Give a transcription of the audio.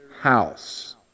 house